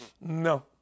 no